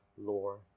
lore